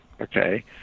okay